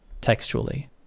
textually